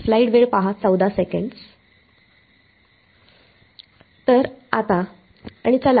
तर आता आणि चला